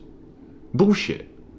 Bullshit